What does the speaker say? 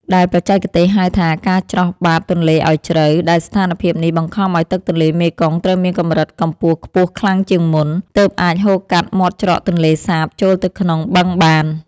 ដែលបច្ចេកទេសហៅថា ការច្រោះបាតទន្លេឱ្យជ្រៅ ដែលស្ថានភាពនេះបង្ខំឱ្យទឹកទន្លេមេគង្គត្រូវមានកម្រិតកម្ពស់ខ្ពស់ខ្លាំងជាងមុន ទើបអាចហូរកាត់មាត់ច្រកទន្លេសាបចូលទៅក្នុងបឹងបាន។